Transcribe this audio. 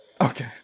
Okay